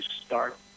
start